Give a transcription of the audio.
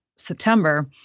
September